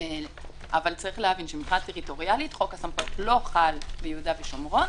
אבל צריך להבין שמבחינה טריטוריאלית חוק הסמכויות לא חל ביהודה ושומרון,